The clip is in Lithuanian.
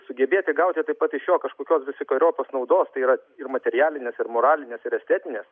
sugebėti gauti taip pat iš jo kažkokios visokeriopos naudos tai yra ir materialinės ir moralinės ir estetinės